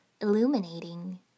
illuminating